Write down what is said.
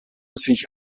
sich